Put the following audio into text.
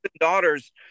Daughters